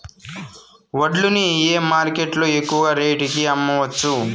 వడ్లు ని ఏ మార్కెట్ లో ఎక్కువగా రేటు కి అమ్మవచ్చు?